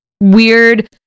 weird